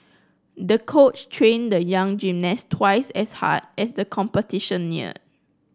the coach trained the young gymnast twice as hard as the competition neared